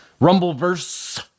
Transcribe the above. Rumbleverse